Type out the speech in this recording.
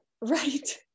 right